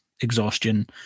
Exhaustion